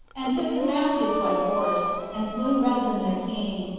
and took damascus by force, and slew rezin their king,